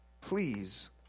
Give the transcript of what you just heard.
please